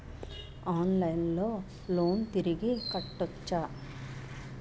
ఆన్లైన్లో లోన్ తిరిగి కట్టోచ్చా?